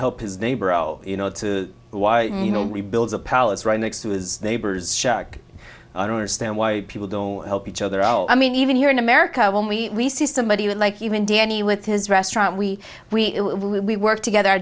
oh you know to you know rebuild the palace right next to his neighbor's shack i don't understand why people don't help each other out i mean even here in america when we see somebody like even danny with his restaurant we we we work together our